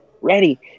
ready